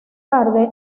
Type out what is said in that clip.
tarde